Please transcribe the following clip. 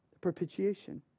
Propitiation